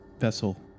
vessel